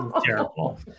terrible